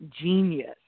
genius